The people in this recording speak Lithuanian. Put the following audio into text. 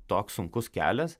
toks sunkus kelias